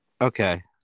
Okay